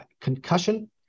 concussion